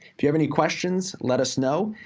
if you have any questions, let us know.